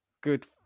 good